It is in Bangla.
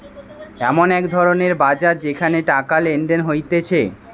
এমন এক ধরণের বাজার যেখানে টাকা লেনদেন হতিছে